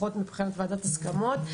לפחות מבחינת ועדת הסכמות.